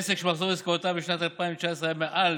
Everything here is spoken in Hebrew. לעסק שמחזור עסקאותיו בשנת 2019 היה מעל